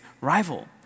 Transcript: rival